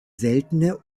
seltene